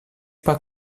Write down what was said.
pas